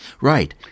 Right